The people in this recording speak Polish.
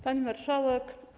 Pani Marszałek!